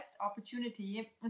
opportunity